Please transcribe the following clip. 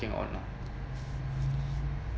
on